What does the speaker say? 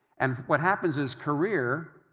and what happens is career,